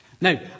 Now